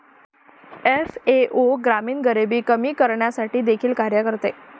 FAO ग्रामीण गरिबी कमी करण्यासाठी देखील कार्य करते